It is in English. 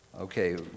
okay